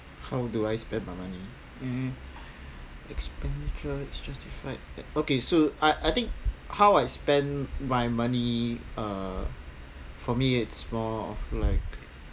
how do I spend my money mm expenditure is justified okay so I I think how I spend my money uh for me it's more of like